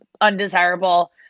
undesirable